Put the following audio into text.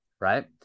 right